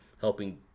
helping